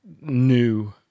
new